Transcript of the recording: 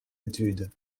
études